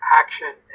action